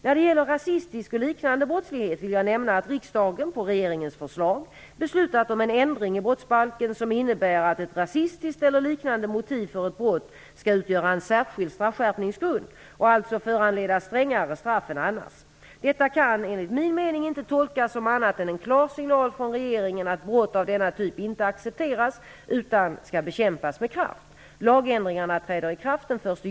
När det gäller rasistisk och liknande brottslighet vill jag nämna att riksdagen, på regeringens förslag, beslutat om en ändring i brottsbalken, som innebär att ett rasistiskt eller liknande motiv för ett brott skall utgöra en särskild straffskärpningsgrund och alltså föranleda strängare straff än annars. Detta kan enligt min mening inte tolkas som annat än en klar signal från regeringen, att brott av denna typ inte accepteras utan skall bekämpas med kraft.